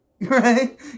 right